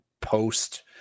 post